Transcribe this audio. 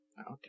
Okay